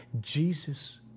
Jesus